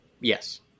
Yes